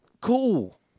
cool